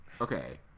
Okay